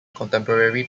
contemporary